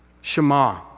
Shema